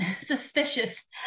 suspicious